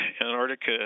Antarctica